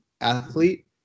athlete